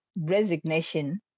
resignation